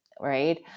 right